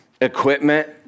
equipment